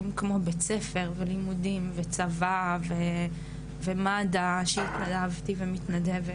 כמו בית ספר ולימודים וצבא ומד"א שהתנדבתי ומתנדבת